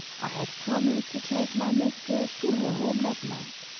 i had promised to take my mistress to her home that night.